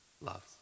loves